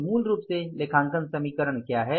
तो मूल रूप से लेखांकन समीकरण क्या है